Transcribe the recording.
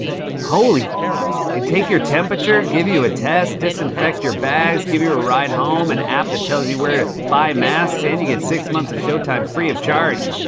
holy they take your temperature, give you a test, disinfect your bags, give you a ride home, an app that tells you where to buy masks, and you get six months of showtime free of charge.